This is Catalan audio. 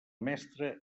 mestre